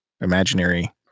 imaginary